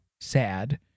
sad